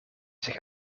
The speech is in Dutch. zich